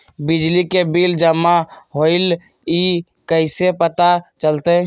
बिजली के बिल जमा होईल ई कैसे पता चलतै?